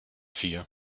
vier